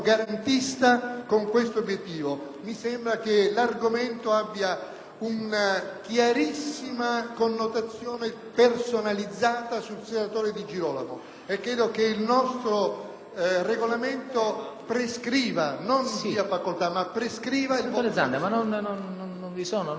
Senatore Zanda, non vi erano da parte della Presidenza perplessità sull'ammissibilità del voto